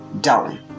down